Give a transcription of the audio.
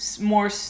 more